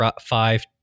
five